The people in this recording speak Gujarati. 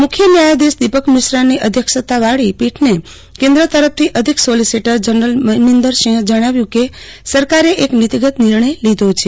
મુખ્ય ન્યાયાધીશ દિપક મિશ્રાની અધ્યક્ષતાવાળી પીઠને કેન્દ્ર તરફથી અધિક સોલિસીટર જનરલ મનિંદરસિંહે જજ્ઞાવ્યું કે સરકારે એક નીતીગત નિર્ણય લીધો છે